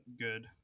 good